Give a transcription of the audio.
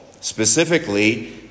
specifically